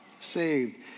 Saved